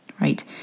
right